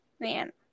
man